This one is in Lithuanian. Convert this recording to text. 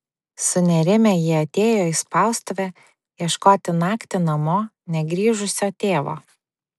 sunerimę jie atėjo į spaustuvę ieškoti naktį namo negrįžusio tėvo